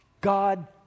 God